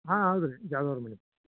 ಹಾಂ ಹೌದು ರೀ ಜಾಧವ್ ಅವ್ರ ಮನೆ